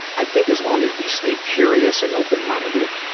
i think as long as we stay curious and open-minded,